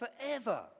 forever